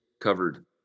covered